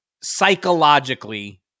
psychologically